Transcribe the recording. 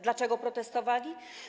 Dlaczego protestowali?